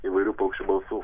įvairių paukščių balsų